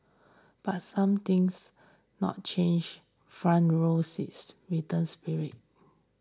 but some things not change front rows return spirit